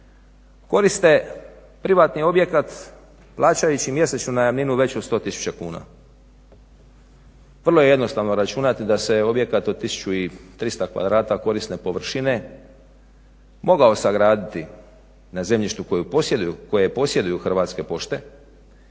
koriste privatni objekat plaćajući mjesečnu najamninu veću od 100 tisuća kuna. Vrlo je jednostavno računati da se objekat od 1300 kvadrata korisne površine moga sagraditi na zemljištu koje posjeduju Hrvatske pošte